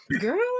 girl